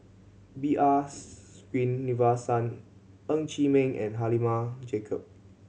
B R Sreenivasan Ng Chee Meng and Halimah Yacob